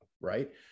right